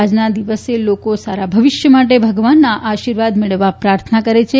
આજના દિવસે લોકો સારા ભવિષ્ય માટે ભગવાનના આશીર્વાદ મેળવવા પ્રાર્થના કરે છે